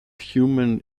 human